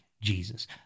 Jesus